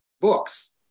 books